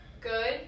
good